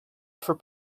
for